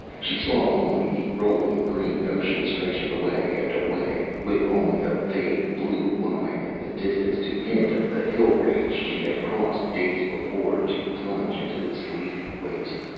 she saw only the rolling green ocean stretching away and away, with only a vague blue line in the distance to hint of the hill-range she had crossed days before, to plunge into this leafy waste.